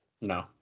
No